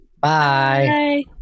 Bye